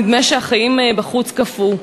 נדמה שהחיים בחוץ קפאו.